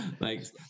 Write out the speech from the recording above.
Thanks